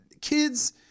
Kids